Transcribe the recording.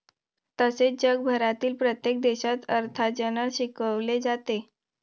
तसेच जगभरातील प्रत्येक देशात अर्थार्जन शिकवले जाते